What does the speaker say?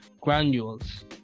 granules